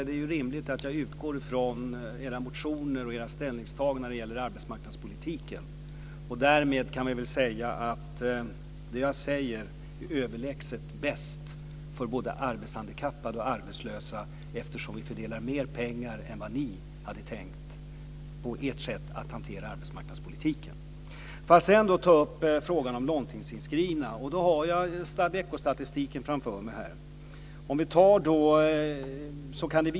Det är rimligt att jag utgår ifrån era motioner och era ställningstaganden när det gäller arbetsmarknadspolitiken. Därmed är det som jag säger överlägset bäst för både arbetshandikappade och arbetslösa, eftersom vi fördelar mer pengar än vad ni hade gjort om ni hade hanterat arbetsmarknadspolitiken på ert sätt. Sedan vill jag ta upp frågan om långtidsinskrivna, och då har jag veckostatistiken framför mig.